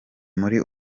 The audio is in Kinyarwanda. muri